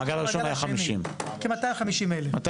המעגל הראשון היה 50. המעגל הראשון והמעגל השני.